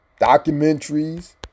Documentaries